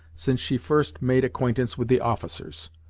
since she first made acquaintance with the officers!